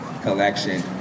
Collection